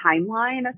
timeline